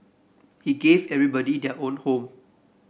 he gave everybody their own home